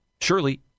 surely